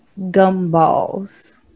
gumballs